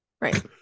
Right